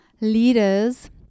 leaders